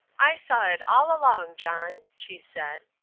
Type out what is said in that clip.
i saw it all along, john, she said.